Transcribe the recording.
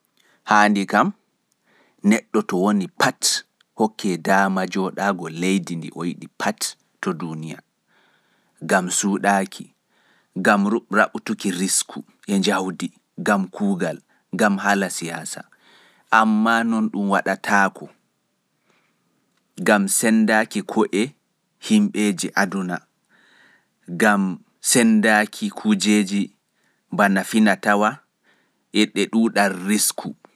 Haandi kam neɗɗo fu hokke suɓol supta fu leidi yiɗi jooɗago gam suuɗaki e raɓɓutuki. Amma nonɗun saɗai heɓaaki gam sendaaki fina tawaaji e haala ɗuuɗal risku leiɗe.